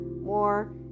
more